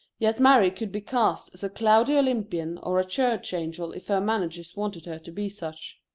yet mary could be cast as a cloudy olympian or a church angel if her managers wanted her to be such.